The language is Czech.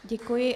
Děkuji.